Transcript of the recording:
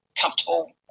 comfortable